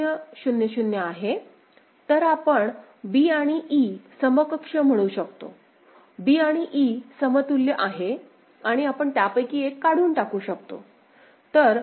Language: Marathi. तर आपण b आणि e समकक्ष म्हणू शकतो b आणि e समतुल्य आहेत आणि आपण त्यापैकी एक काढून टाकू शकतो